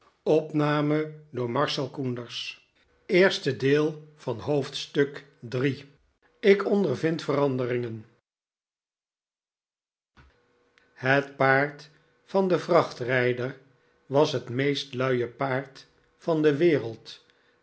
ik onservind veranderingen het paard van den vrachtrijder was het meest luie paard van de wereld